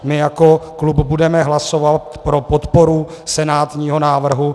My jako klub budeme hlasovat pro podporu senátního návrhu.